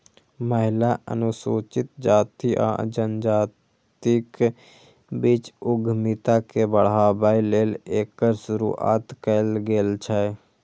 महिला, अनुसूचित जाति आ जनजातिक बीच उद्यमिता के बढ़ाबै लेल एकर शुरुआत कैल गेल छै